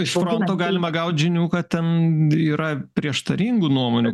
iš fronto galima gauti žinių kad ten yra prieštaringų nuomonių